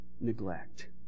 neglect